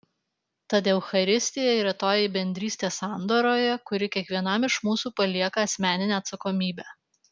tad eucharistija yra toji bendrystė sandoroje kuri kiekvienam iš mūsų palieka asmeninę atsakomybę